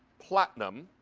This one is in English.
platinum,